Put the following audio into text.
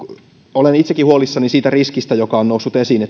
olen itsekin huolissani siitä riskistä joka on noussut esiin